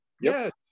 Yes